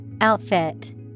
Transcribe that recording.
Outfit